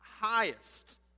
highest